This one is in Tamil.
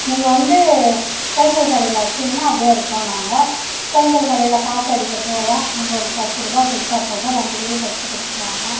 நீங்கள் வந்து சைக்கிள் கடையில் அடித்திங்கன்னா அப்படியே இருக்கும்னாங்க சைக்கிள் கடையில் காற்றடிக்கப் போவேன் அங்கே ஒரு பத்து ருபா கொடுத்தா போதும் ரெண்டு வீலுக்கும் அடித்து கொடுத்துருவாங்க